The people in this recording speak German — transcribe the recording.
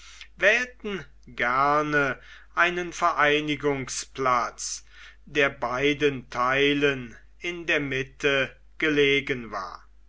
wählten gern einen vereinigungsplatz der beiden theilen in der mitte gelegen war